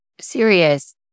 serious